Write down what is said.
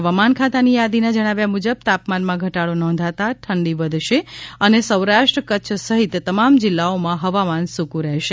હવામાન ખાતાની યાદીના જણાવ્યા મુજબ તાપમાનમાં ઘટાડો નોંધાતા ઠંડી વધશે અને સૌરાષ્ટ્ર કચ્છ સહિત તમામ જિલ્લાઓમાં હવામાન સુકુ રહેશે